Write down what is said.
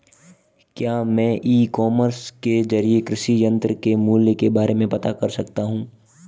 क्या मैं e commerce के ज़रिए कृषि यंत्र के मूल्य के बारे में पता कर सकता हूँ?